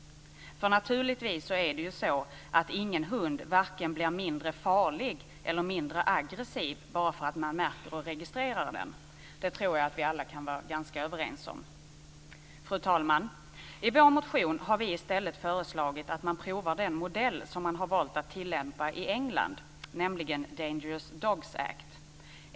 Ingen hund blir naturligtvis vare sig mindre farlig eller mindre aggressiv bara därför att den märks och registreras; det tror jag att vi alla kan vara ganska överens om. Fru talman! I vår motion föreslår vi i stället att den modell provas som man har valt att tillämpa i England, Dangerous Dogs Act.